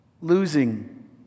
Losing